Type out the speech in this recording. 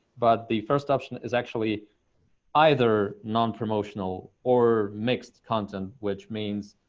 but the first option is actually either non-promotional or mixed content, which means,